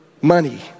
money